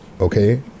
okay